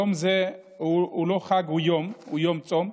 יום זה הוא לא חג, הוא יום, הוא יום צום.